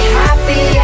happy